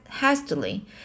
hastily